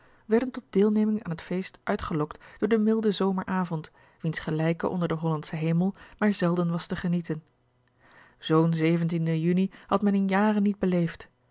werden tot deelneming aan het feest uitgelokt door den milden zomeravond wiens gelijke onder den hollandschen hemel maar zelden was te genieten oo n uni had men in jaren niet beleefd